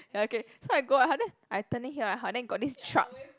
ya okay so I go out then I turning here right then got this truck